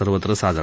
सर्वत्र साजरा